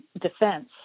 defense